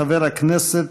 חברת הכנסת